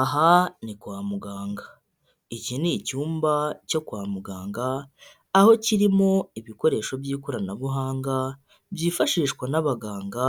Aha ni kwa muganga iki ni icyumba cyo kwa muganga, aho kirimo ibikoresho by'ikoranabuhanga byifashishwa n'abaganga,